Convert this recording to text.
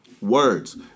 Words